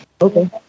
Okay